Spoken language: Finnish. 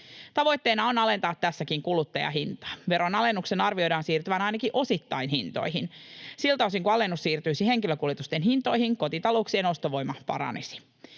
Tavoitteena on tässäkin alentaa kuluttajahintaa. Veronalennuksen arvioidaan siirtyvän ainakin osittain hintoihin. Siltä osin kuin alennus siirtyisi henkilökuljetusten hintoihin, kotitalouksien ostovoima paranisi.